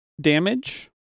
damage